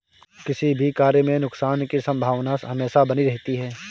किसी भी कार्य में नुकसान की संभावना हमेशा बनी रहती है